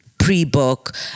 pre-book